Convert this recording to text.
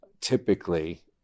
typically